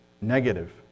negative